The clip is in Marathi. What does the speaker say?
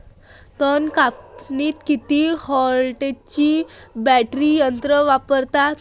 तन कापनीले किती व्होल्टचं बॅटरी यंत्र वापरतात?